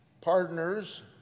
partners